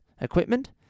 Equipment